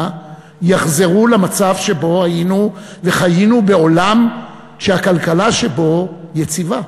יחזרו למצב שבו היינו וחיינו בעולם שהכלכלה שבו יציבה.